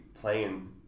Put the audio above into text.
playing